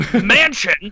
mansion